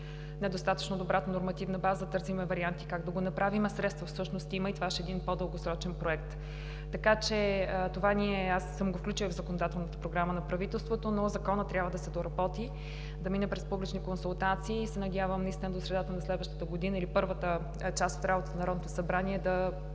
недостатъчно добрата нормативна база търсим варианти как да го направим, а средства всъщност има и това ще е един по-дългосрочен проект. Така че аз съм го включила в законодателната програма на правителството, но Законът трябва да се доработи, да мине през публични консултации и се надявам до средата на следващата година или в първата част от работата на Народното събрание да